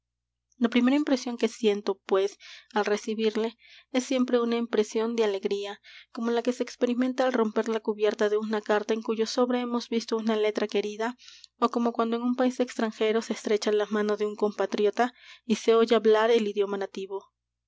la primera impresión que siento pues al recibirle es siempre una impresión de alegría como la que se experimenta al romper la cubierta de una carta en cuyo sobre hemos visto una letra querida ó como cuando en un país extranjero se estrecha la mano de un compatriota y se oye hablar el idioma nativo